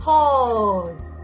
Pause